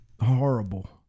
horrible